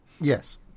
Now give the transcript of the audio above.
Yes